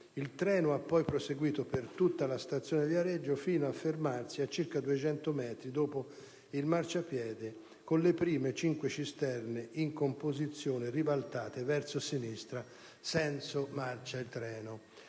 il treno ha poi proseguito per tutta la stazione di Viareggio fino a fermarsi a circa 200 metri dopo il marciapiede con le prime cinque cisterne in composizione ribaltate verso sinistra senso marcia treno.